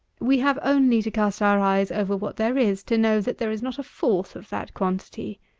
we have only to cast our eyes over what there is to know that there is not a fourth of that quantity.